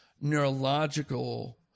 neurological